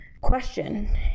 question